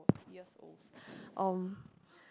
years olds um